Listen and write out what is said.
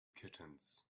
kittens